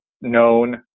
known